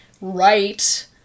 right